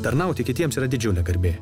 tarnauti kitiems yra didžiulė garbė